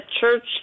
church